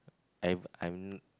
I'm I'm